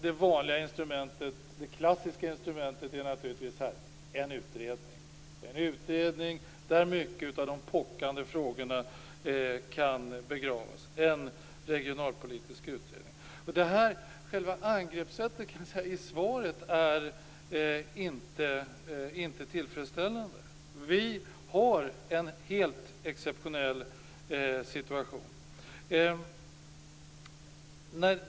Det vanliga, klassiska, instrumentet är naturligtvis en utredning där mycket av de pockande frågorna kan begravas - Angreppssättet i svaret är inte tillfredsställande. Det föreligger en helt exceptionell situation.